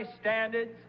standards